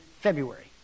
February